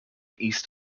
east